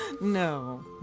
No